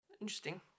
interesting